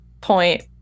point